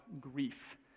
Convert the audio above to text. grief